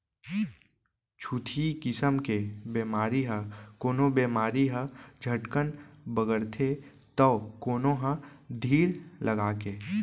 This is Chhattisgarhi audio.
छुतही किसम के बेमारी म कोनो बेमारी ह झटकन बगरथे तौ कोनो ह धीर लगाके